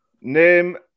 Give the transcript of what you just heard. Name